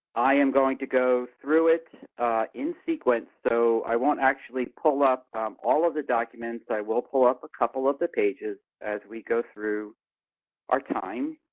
i am going to go through it in sequence, so i won't actually pull up all of the documents. i will pull up a couple of the pages as we go through our time,